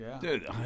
Dude